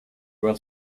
were